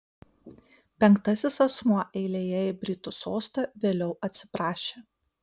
penktasis asmuo eilėje į britų sostą vėliau atsiprašė